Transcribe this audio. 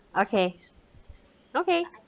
okay okay